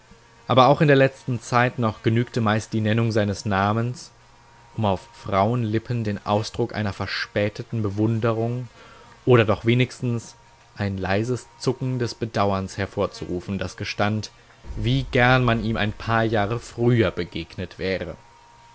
aber auch in der letzten zeit noch genügte meist die nennung seines namens um auf frauenlippen den ausdruck einer verspäteten bewunderung oder doch wenigstens ein leises zucken des bedauerns hervorzurufen das gestand wie gern man ihm ein paar jahre früher begegnet wäre